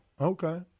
Okay